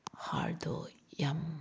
ꯍꯥꯔꯗꯣ ꯌꯥꯝ